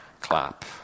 clap